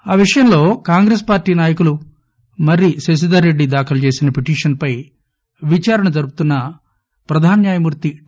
ఈవిషయంలో కాంగ్రెస్పార్టీనాయకులుమర్రిశశిధర్రెడ్డిదాఖలుచేసినపిటిషన్పైవిదారణజరుపు తున్న ప్రధానన్యమూర్తిటి